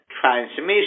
transmission